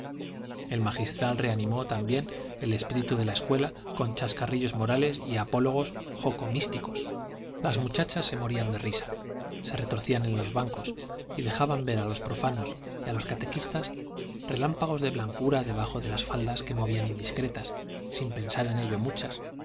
el magistral reanimó también el espíritu de la escuela con chascarrillos morales y apólogos joco místicos las muchachas se morían de risa se retorcían en los bancos y dejaban ver a los profanos y a los catequistas relámpagos de blancura debajo de las faldas que movían indiscretas sin pensar en ello muchas